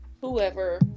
whoever